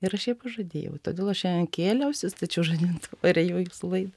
ir aš jai pažadėjau todėl aš šiandien kėliausi stačiau žadintuvą ir ėjau į jūsų laidą